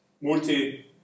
multi